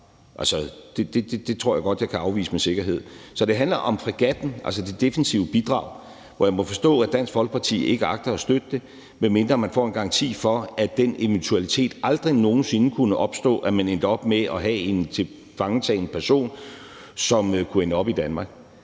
Det tror jeg godt jeg kan afvise med sikkerhed. Så det handler om fregatten, altså det defensive bidrag, som jeg må forstå at Dansk Folkeparti ikke agter at støtte, medmindre man får en garanti for, at den eventualitet aldrig nogen sinde kunne opstå, at man endte op med at have en tilfangetagen person, som kunne ende i Danmark.